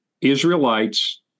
Israelites